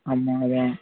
ஆமாம் அதுதான்